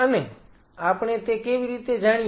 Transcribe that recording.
અને આપણે તે કેવી રીતે જાણીએ